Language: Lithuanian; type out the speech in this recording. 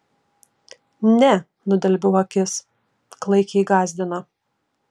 ne nudelbiau akis klaikiai gąsdina